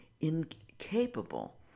incapable